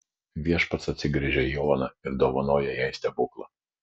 viešpats atsigręžia į oną ir dovanoja jai stebuklą